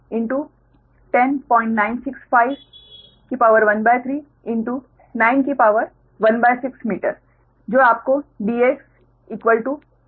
तो 00212 ∗ 109653 ∗ 16 मीटर जो आपको Ds 0453 मीटर देगा